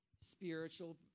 spiritual